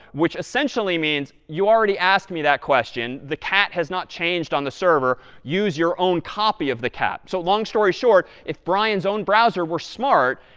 which essentially means, you already asked me that question. the cat has not changed on the server. use your own copy of the cat. so long story short, if brian's own browser were smart,